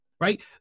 right